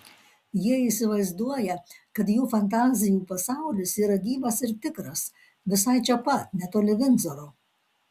jie įsivaizduoja kad jų fantazijų pasaulis yra gyvas ir tikras visai čia pat netoli vindzoro